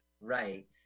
Right